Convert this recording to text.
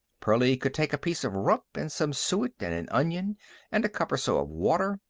pearlie could take a piece of rump and some suet and an onion and a cup or so of water,